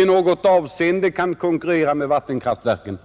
i något avseende konkurrera med vattenkraftverken.